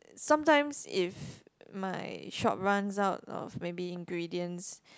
sometimes if my shop runs out of maybe ingredients